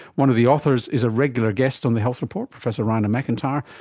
one of the authors is a regular guest on the health report, professor raina macintyre,